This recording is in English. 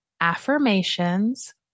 affirmations